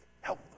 Help